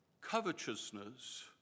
Covetousness